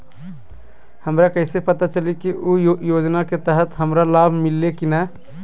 हमरा कैसे पता चली की उ योजना के तहत हमरा लाभ मिल्ले की न?